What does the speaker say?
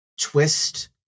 twist